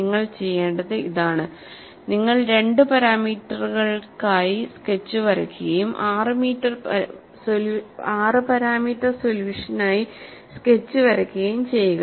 നിങ്ങൾ ചെയ്യേണ്ടത് ഇതാണ് നിങ്ങൾ രണ്ട് പാരാമീറ്ററുകൾക്കായി സ്കെച്ച് വരയ്ക്കുകയും 6 പാരാമീറ്റർ സൊല്യൂഷനായി സ്കെച്ച് വരയ്ക്കുകയും ചെയ്യുക